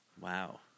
Wow